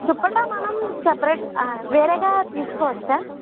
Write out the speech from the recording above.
దుపట్టా మనం సెపరేట్ వేరేగా తీసుకోవచ్చా